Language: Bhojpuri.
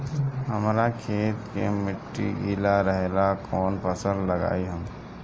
हमरा खेत के मिट्टी गीला रहेला कवन फसल लगाई हम?